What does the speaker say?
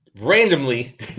randomly